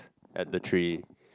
at the tree